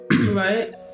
Right